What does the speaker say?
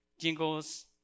jingles